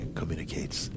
communicates